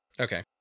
Okay